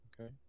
Okay